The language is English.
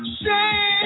shame